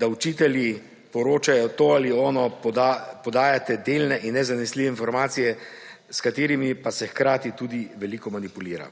da učitelji poročajo to ali ono, podajate delne in nezanesljive informacije, s katerimi pa se hkrati tudi veliko manipulira.